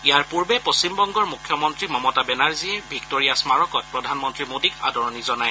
ইয়াৰ পূৰ্বে পশ্চিমবংগৰ মুখ্যমন্ত্ৰী মমতা বেনাৰ্জীয়ে ভিক্টোৰিয়া স্মাৰকত প্ৰধানমন্ত্ৰী মোদীক আদৰণি জনায়